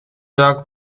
dog